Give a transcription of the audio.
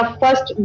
first